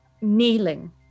kneeling